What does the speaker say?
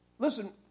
Listen